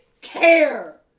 care